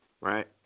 right